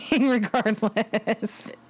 regardless